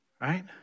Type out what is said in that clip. right